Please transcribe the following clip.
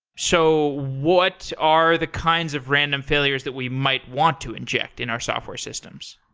so what are the kinds of random failures that we might want to inject in our software systems?